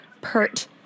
pert